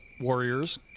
warriors